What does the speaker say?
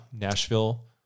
Nashville